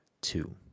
two